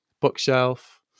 bookshelf